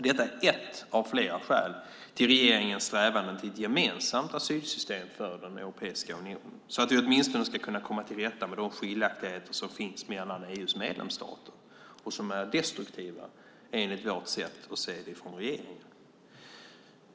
Detta är ett av flera skäl till regeringens strävan för ett gemensamt asylsystem för den europeiska unionen så att vi åtminstone ska komma till rätta med de skiljaktigheter som finns mellan EU:s medlemsstater och som är destruktiva enligt vårt sätt att se det från regeringen.